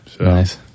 Nice